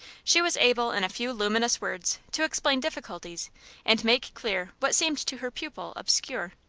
she was able in a few luminous words to explain difficulties and make clear what seemed to her pupil obscure.